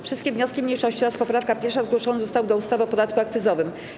Wszystkie wnioski mniejszości oraz poprawka 1. zgłoszone zostały do ustawy o podatku akcyzowym.